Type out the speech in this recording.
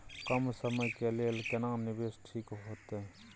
कम समय के लेल केना निवेश ठीक होते?